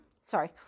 Sorry